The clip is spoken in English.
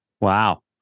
Wow